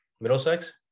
middlesex